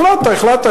החלטת, החלטת.